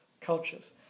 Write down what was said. cultures